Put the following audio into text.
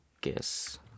guess